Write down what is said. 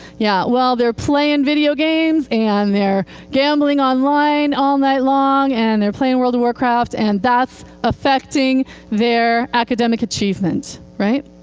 yeah, well, they're playing video games, and they're gambling online all night long, and they're playing world of warcraft, and that's affecting their academic achievement.